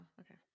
okay